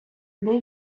іде